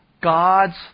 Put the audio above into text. God's